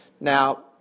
Now